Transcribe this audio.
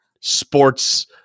sports